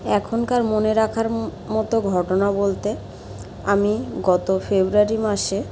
এখনকার মনে রাখার মতো ঘটনা বলতে আমি গত ফেব্রুয়ারী মাসে